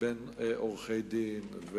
בין עורכי-דין,